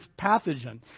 pathogen